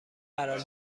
قرار